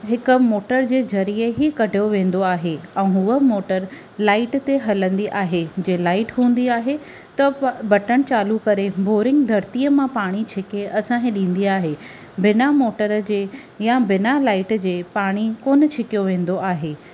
हिक मोटर जे ज़रिए ई कढियो वेंदो आहे ऐं हुअ मोटर लाइट ते हलंदी आहे जे लाइट हूंदी आहे त बटन चालू करे बोरिंग धरतीअ मां पाणी छिके असांखे ॾिंदी आहे बिना मोटर जे या बिना लाइट जे पाणी कोन छिकियो वेंदो आहे